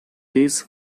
this